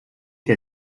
der